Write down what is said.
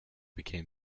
became